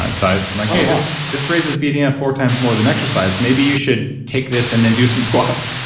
ah and so i'm like, hey, this this raises bdnf four times more than exercise maybe you should take this and then do some squats.